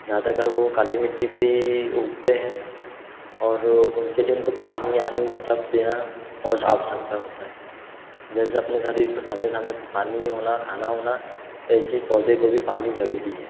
ज़्यादातर वो काली मिट्टी पे ही उगते हैं और उनके लिए उनको पानी आनी सब देना होता है जैसे अपने शरीर को समय समय पे पानी होना खाना होना वैसे ही पौधे को भी पानी जरूरी है